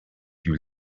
you